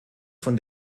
von